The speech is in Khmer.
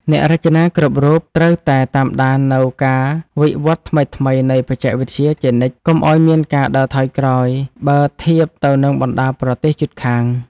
អ្នករចនាគ្រប់រូបត្រូវតែតាមដាននូវការវិវឌ្ឍថ្មីៗនៃបច្ចេកវិទ្យាជានិច្ច កុំឱ្យមានការដើរថយក្រោយបើធៀបទៅនឹងបណ្តាប្រទេសជិតខាង។